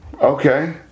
Okay